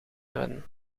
hebben